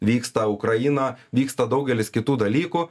vyksta ukrainą vyksta daugelis kitų dalykų